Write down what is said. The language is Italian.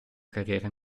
carriera